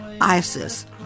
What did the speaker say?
ISIS